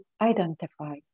identify